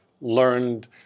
learned